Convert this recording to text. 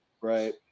Right